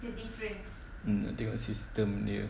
mm tengok system dia